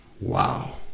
wow